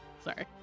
Sorry